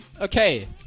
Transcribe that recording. Okay